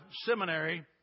seminary